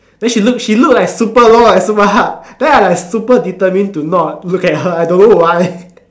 then she look she look like super long and super hard then I like super determined to not look at her I don't know why